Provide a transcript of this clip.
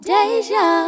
Deja